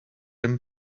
him